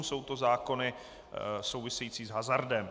Jsou to zákony související s hazardem.